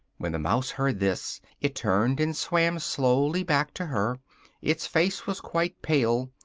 when the mouse heard this, it turned and swam slowly back to her its face was quite pale,